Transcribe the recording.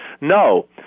No